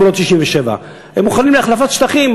חזרה לגבולות 67'. הם מוכנים להחלפת שטחים.